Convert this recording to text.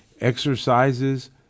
exercises